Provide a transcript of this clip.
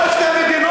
אני מבקש, סיימת.